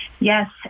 Yes